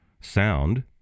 sound